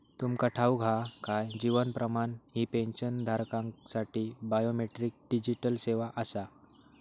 तुमका ठाऊक हा काय? जीवन प्रमाण ही पेन्शनधारकांसाठी बायोमेट्रिक डिजिटल सेवा आसा